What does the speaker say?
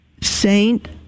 Saint